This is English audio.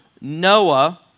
Noah